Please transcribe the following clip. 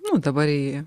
nuo dabar į